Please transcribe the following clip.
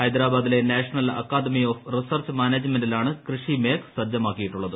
ഹൈദരാബാദിലെ national academy of research മാനേജ്മെന്റിലാണ് കൃഷി മേഘ് സജ്ജമാക്കിയിട്ടുള്ളത്